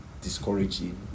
discouraging